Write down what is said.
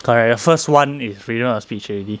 correct the first [one] is freedom of speech already